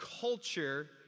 culture